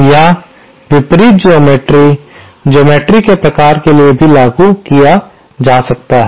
या विपरीत geometry geometry के प्रकार के लिए भी लागू किया जा सकता है